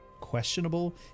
questionable